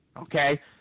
Okay